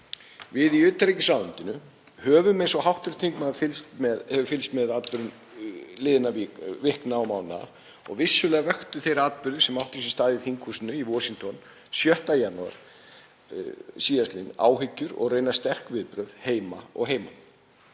Við í utanríkisráðuneytinu höfum, eins og hv. þingmaður, fylgst með atburðum liðinna vikna og mánaða og vissulega vöktu þeir atburðir sem áttu sér stað í þinghúsinu í Washington 6. janúar síðastliðinn áhyggjur og raunar sterk viðbrögð heima og heiman.